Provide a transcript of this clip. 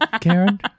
Karen